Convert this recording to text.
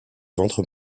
ventre